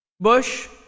Bush